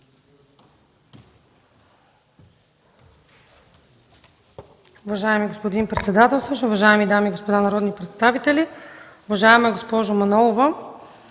Уважаеми господин председател, уважаеми дами и господа народни представители! Уважаема госпожо Манолова,